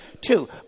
Two